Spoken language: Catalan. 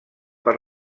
per